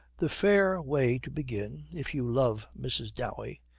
the fair way to begin, if you love mrs. dowey,